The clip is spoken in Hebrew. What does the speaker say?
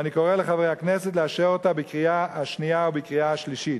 ואני קורא לחברי הכנסת לאשר אותה בקריאה השנייה ובקריאה השלישית.